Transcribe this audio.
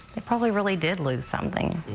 they probably really did lose something.